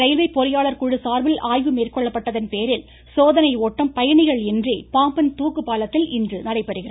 railway பொறியாளர் குழு சார்பில் ஆய்வு மேற்கொள்ளப்பட்டதன் பேரில் சோதனையோட்டம் பயணிகள் இன்றி பாம்பன் தூக்கு பாலத்தில் இன்று நடைபெறுகிறது